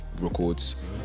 records